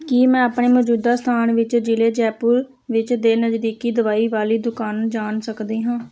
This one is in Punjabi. ਕੀ ਮੈਂ ਆਪਣੇ ਮੌਜੂਦਾ ਸਥਾਨ ਵਿੱਚ ਜ਼ਿਲ੍ਹੇ ਜੈਪੁਰ ਵਿੱਚ ਦੇ ਨਜ਼ਦੀਕੀ ਦਵਾਈ ਵਾਲੀ ਦੁਕਾਨ ਨੂੰ ਜਾਣ ਸਕਦੀ ਹਾਂ